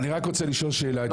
אני רק רוצה לשאול שאלה את,